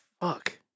Fuck